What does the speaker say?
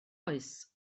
oes